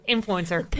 Influencer